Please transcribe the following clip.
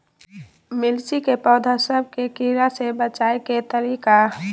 मिर्ची के पौधा सब के कीड़ा से बचाय के तरीका?